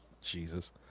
Jesus